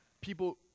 people